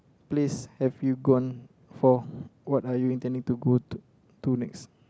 place have you gone for what are you intending to go to to next